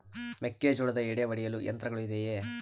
ಮೆಕ್ಕೆಜೋಳದ ಎಡೆ ಒಡೆಯಲು ಯಂತ್ರಗಳು ಇದೆಯೆ?